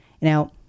Now